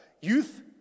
Youth